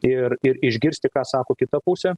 ir ir išgirsti ką sako kita pusė